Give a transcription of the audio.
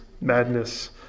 madness